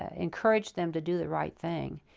ah encouraged them to do the right thing.